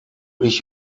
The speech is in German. ich